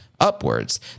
Upwards